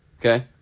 Okay